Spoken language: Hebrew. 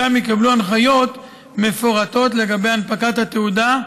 שם יקבלו הנחיות מפורטות לגבי הנפקת התעודה,